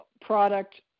product